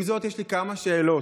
עם זאת, יש לי כמה שאלות